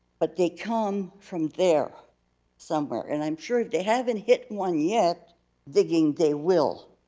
but they come from there somewhere. and i'm sure if they haven't hit one yet digging, they will.